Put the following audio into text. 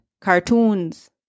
cartoons